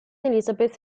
elizabeth